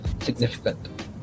significant